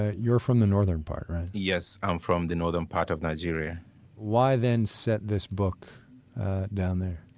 ah you're from the northern part, right? yes, i'm from the northern part of nigeria why then, set this book down there?